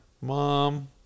Mom